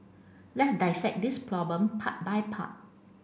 let's dissect this problem part by part